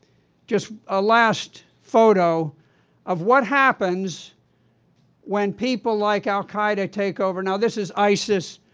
just a last photo of what happens when people like al-qaeda take over. now this is isis.